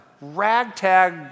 Ragtag